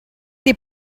they